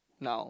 now